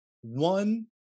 one